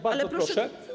Bardzo proszę.